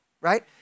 right